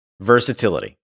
versatility